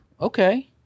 Okay